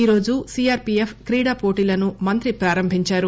ఈరోజు సీఆర్పీఎఫ్ క్రీడా పోటీలను మంత్రి ప్రారంభించారు